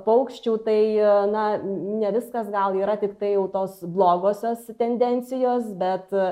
paukščių tai na ne viskas gal yra tiktai jau tos blogosios tendencijos bet